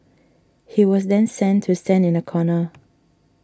he was then sent to stand in the corner